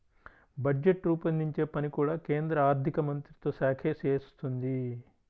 budget రూపొందించే పని కూడా కేంద్ర ఆర్ధికమంత్రిత్వ శాఖే చేస్తుంది